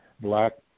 black